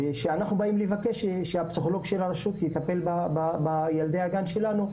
ושאנחנו באים לבקש שהפסיכולוג של הרשות יטפל בילדי הגן שלנו,